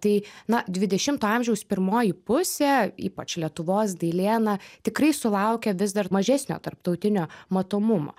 tai na dvidešimto amžiaus pirmoji pusė ypač lietuvos dailė na tikrai sulaukia vis dar mažesnio tarptautinio matomumo